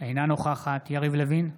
אינה נוכחת יריב לוין,